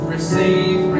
Receive